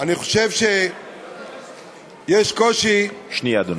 חושב שיש קושי, שנייה, אדוני.